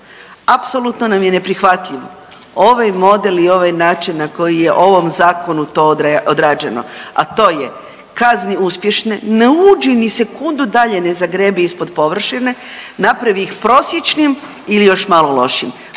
apsolutno nam je neprihvatljiv ovaj model i ovaj način na koji je u ovom zakonu to odrađeno, a to je kazni uspješne, ne uđi ni sekundu dalje, ne zagrebi ispod površine, napravi ih prosječnim ili još malo lošim,